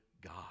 God